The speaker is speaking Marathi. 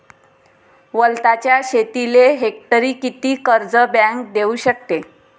वलताच्या शेतीले हेक्टरी किती कर्ज बँक देऊ शकते?